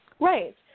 Right